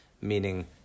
meaning